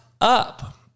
up